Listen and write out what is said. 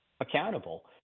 accountable